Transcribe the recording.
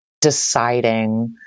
deciding